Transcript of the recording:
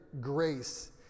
grace